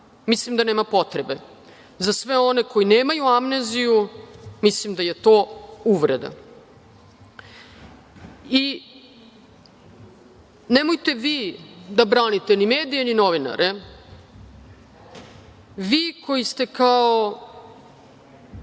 Mislim da nema potrebe. Za sve one koji nemaju amneziju, mislim da je to uvreda. Nemojte vi da branite ni medije, ni novinare, vi koji ste kao